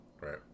right